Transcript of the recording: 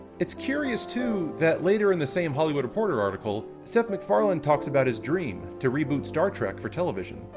it's curious too, that later in the same hollywood reporter article, seth macfarlane talks about his dream to reboot star trek for television.